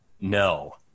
No